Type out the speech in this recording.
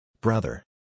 Brother